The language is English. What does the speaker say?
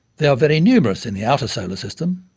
they are very numerous in the outer solar system.